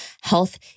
health